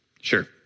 Sure